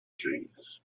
trees